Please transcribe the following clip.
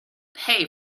pay